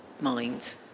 mind